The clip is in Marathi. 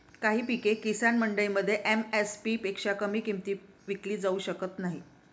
काही पिके किसान मंडईमध्ये एम.एस.पी पेक्षा कमी किमतीत विकली जाऊ शकत नाहीत